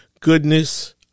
goodness